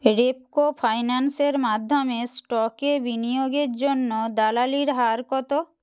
রেপকো ফাইন্যান্সের মাধ্যমে স্টকে বিনিয়োগের জন্য দালালির হার কত